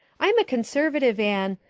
i'm a conservative, anne.